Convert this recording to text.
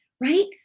right